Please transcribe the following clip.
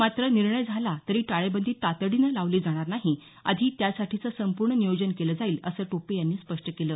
मात्र निर्णय झाला तरी टाळेबंदी तातडीनं लावली जाणार नाही आधी त्यासाठीचं संपूर्ण नियोजन केलं जाईल असं टोपे यांनी स्पष्ट केलं